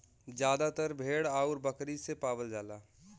जादातर भेड़ आउर बकरी से पावल जाला